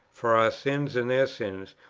for our sins and their sins,